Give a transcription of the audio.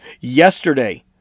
Yesterday